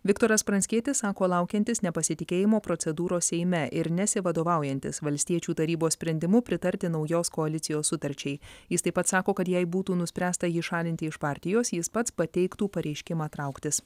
viktoras pranckietis sako laukiantis nepasitikėjimo procedūros seime ir nesivadovaujantis valstiečių tarybos sprendimu pritarti naujos koalicijos sutarčiai jis taip pat sako kad jei būtų nuspręsta jį šalinti iš partijos jis pats pateiktų pareiškimą trauktis